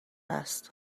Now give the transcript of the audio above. است